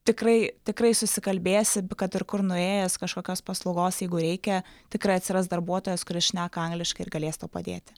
tikrai tikrai susikalbėsi kad ir kur nuėjęs kažkokios paslaugos jeigu reikia tikrai atsiras darbuotojas kuris šneka angliškai ir galės tau padėti